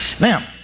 Now